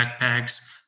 backpacks